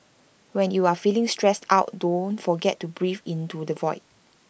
when you are feeling stressed out don't forget to breathe into the void